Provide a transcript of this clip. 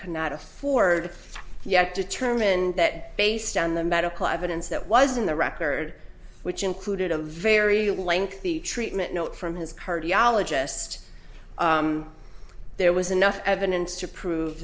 afford yet determined that based on the medical evidence that was in the record which included a very lengthy treatment note from his cardiologist there was enough evidence to prove